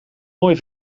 mooie